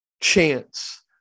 chance